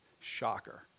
Shocker